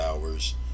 hours